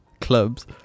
clubs